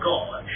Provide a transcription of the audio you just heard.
God